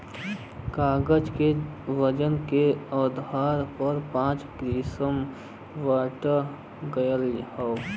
कागज क वजन के आधार पर पाँच किसम बांटल गयल हौ